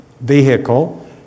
Vehicle